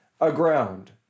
aground